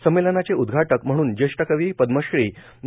संमेलनाचे उद्घाटक म्हणून ज्येष्ठ कवी पद्मश्री ना